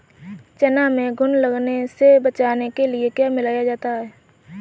चना में घुन लगने से बचाने के लिए क्या मिलाया जाता है?